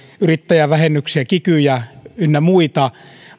yrittäjävähennyksiä kikyjä ynnä muita